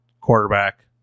quarterback